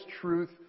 truth